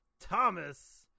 Thomas